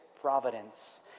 providence